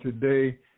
today